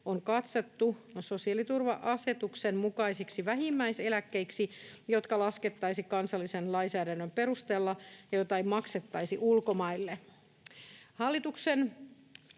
on katsottu sosiaaliturva-asetuksen mukaisiksi vähimmäiseläkkeiksi, jotka laskettaisiin kansallisen lainsäädännön perusteella ja joita ei maksettaisi ulkomaille.